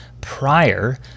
prior